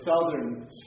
southern